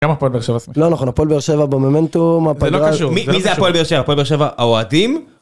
‫גם הפועל באר שבע. ‫- לא נכון, הפועל באר שבע במומנטום. ‫- זה לא קשור, מי זה הפועל באר שבע... ‫הפועל באר שבע, האוהדים?